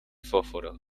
fósforo